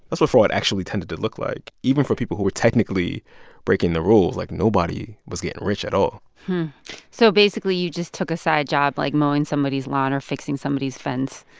that's what fraud actually tended to look like, even for people who were technically breaking the rules. like, nobody was getting rich at all so basically, you just took a side job, like mowing somebody's lawn or fixing somebody's fence,